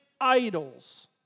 idols